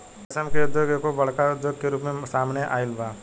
रेशम के उद्योग एगो बड़का उद्योग के रूप में सामने आइल बा